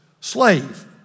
slave